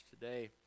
today